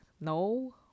No